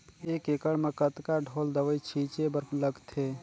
एक एकड़ म कतका ढोल दवई छीचे बर लगथे?